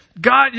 God